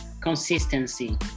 consistency